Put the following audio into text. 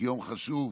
כיום חשוב,